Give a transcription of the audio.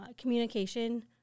communication